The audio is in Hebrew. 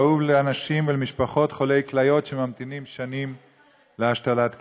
כאוב לאנשים ולמשפחות חולי כליות שממתינים שנים להשתלת כליות,